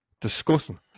Disgusting